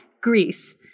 Greece